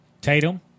Tatum